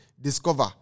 Discover